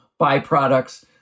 byproducts